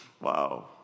Wow